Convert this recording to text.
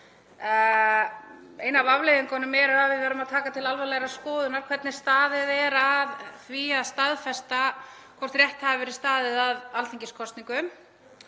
Ein af afleiðingunum er að við verðum að taka til alvarlegrar skoðunar hvernig staðið er að staðfestingu þess að rétt hafi verið staðið að alþingiskosningum